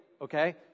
Okay